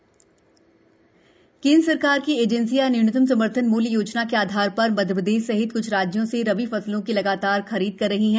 गेंहँ M S P केंद्र सरकार की एजेंसियां न्यूनतम समर्थन मूल्य योजना के आधार शर मध्य प्रदेश सहित क्छ राज्यों से रबी फसलों की लगातार खरीद कर रही हैं